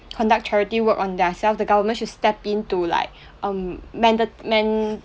conduct charity work on their self the government should step in to like um manda~ man~